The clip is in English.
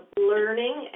learning